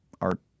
art